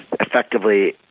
effectively